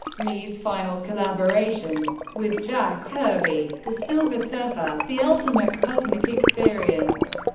lee's final collaboration with jack kirby, the silver surfer the ultimate cosmic experience,